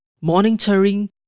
monitoring